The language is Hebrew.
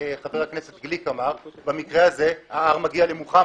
שאמר חבר הכנסת גליק במקרה הזה ההר מגיע למוחמד,